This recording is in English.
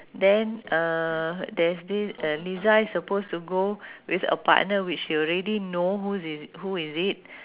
then uh there's this uh liza is supposed to go with a partner which she already know whose is who is it